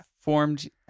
formed